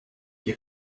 you